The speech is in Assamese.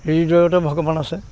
এই হৃদয়তে ভগৱান আছে